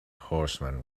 horseman